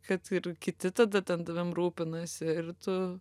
kad ir kiti tada ten tavim rūpinasi ir tu